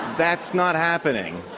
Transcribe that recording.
that's not happening.